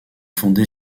fondée